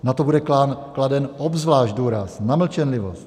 Na to bude kladen obzvlášť důraz, na mlčenlivost.